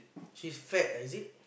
she fat ah is it